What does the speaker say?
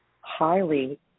highly